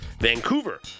Vancouver